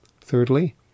Thirdly